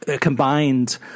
Combined